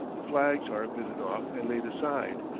the flags are bitten off and laid aside,